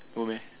no meh